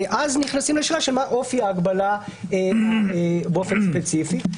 אז נכנסים לשאלה של אופי ההגבלה באופן ספציפי.